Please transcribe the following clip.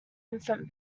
infant